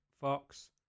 Fox